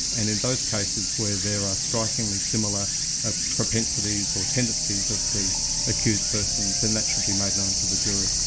and in those cases where there are strikingly similar ah propensities or tendencies of the accused person, then that should be made known to the jury.